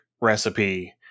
recipe